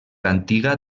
antiga